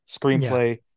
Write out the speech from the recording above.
screenplay